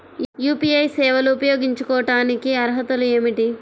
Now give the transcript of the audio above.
UPI సేవలు ఉపయోగించుకోటానికి అర్హతలు ఏమిటీ?